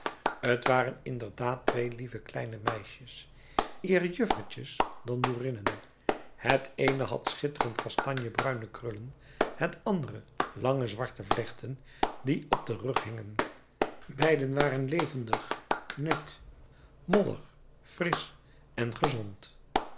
t waren inderdaad twee lieve kleine meisjes eer juffertjes dan boerinnen het eene had schitterend kastanjebruine krullen het andere lange zwarte vlechten die op den rug hingen beide waren levendig net mollig frisch en gezond